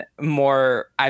more